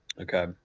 Okay